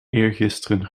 eergisteren